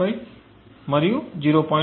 25 మరియు 0